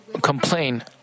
complain